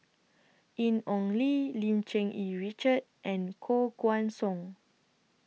Ian Ong Li Lim Cherng Yih Richard and Koh Guan Song